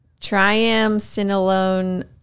Triamcinolone